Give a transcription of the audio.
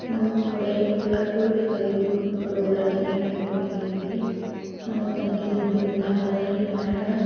ನಮಗೆ ಥೊಡೇ ಉಣ್ಣೋಕ್ಕೆ ಕುಳ ಬೇಕಾಗಿದ್ವು ಥೊಡೇ ಉಣ್ಣೋಕ್ಕಿನ ಐಟಮ್ಗಳು ಬೇಕಾಗಿದ್ವುರಿ ನಮ್ಮ ತಂಗಿದು ಹುಟ್ಟಿನದು ಹಬ್ಬ ಅದರಿ ಮನೆಯಾಗ